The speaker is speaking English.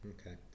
okay